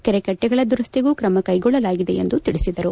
ಕೆರೆಕಟ್ನೆಗಳ ದುರಸ್ಲಿಗೂ ಕ್ರಮ ಕೈಗೊಳ್ಟಲಾಗಿದೆ ಎಂದು ತಿಳಿಸಿದರು